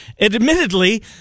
Admittedly